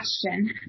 question